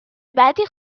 بدی